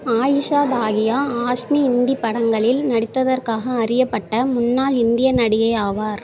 ஆயிஷா தாகியா ஆஸ்மி இந்தி படங்களில் நடித்ததற்காக அறியப்பட்ட முன்னாள் இந்திய நடிகை ஆவார்